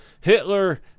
Hitler